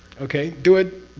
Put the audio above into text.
okay? do it.